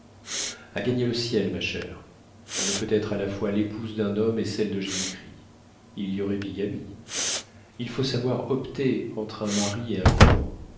a gagner le ciel ma chère on ne peut être à la fois l'épouse d'un homme et celle de jésus-christ il y aurait bigamie il faut savoir opter entre un mari et un couvent